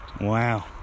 Wow